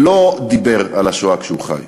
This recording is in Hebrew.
לא דיבר על השואה כשהיה בחיים,